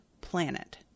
planet